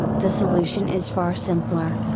the solution is far simpler.